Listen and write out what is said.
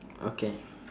okay